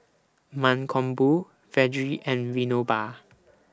Mankombu Vedre and Vinoba